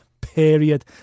period